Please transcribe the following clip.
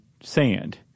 sand